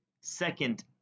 second